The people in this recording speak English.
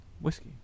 whiskey